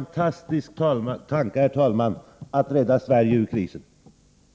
att det skulle vara ett sätt att rädda Sverige ur krisen!